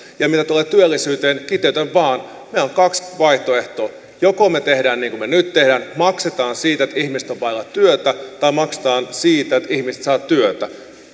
ja mitä tulee työllisyyteen kiteytän vain meillä on kaksi vaihtoehtoa joko me teemme niin kuin me nyt teemme maksamme siitä että ihmiset ovat vailla työtä tai maksamme siitä että ihmiset saavat työtä